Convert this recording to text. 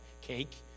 cake